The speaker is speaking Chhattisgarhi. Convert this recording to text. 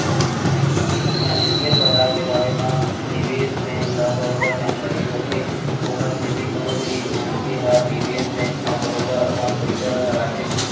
फानेंसियल बजार के बारे म निवेस बेंक ल बरोबर जानकारी होथे ओखर सेती कोनो भी मनखे ह निवेस बेंक म बरोबर अपन पइसा लगाथे